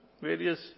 Various